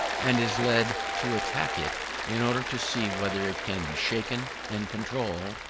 and is led to attack it in order to see whether it can be shaken and controlled,